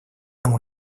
ему